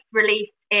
released